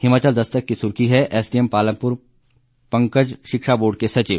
हिमाचल दस्तक की सुर्खी है एसडीएम पालमपुर पंकज शिक्षा बोर्ड के सचिव